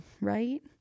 right